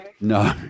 No